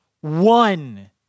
one